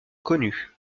connu